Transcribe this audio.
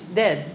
dead